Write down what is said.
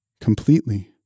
completely